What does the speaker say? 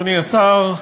אדוני השר,